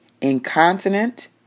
incontinent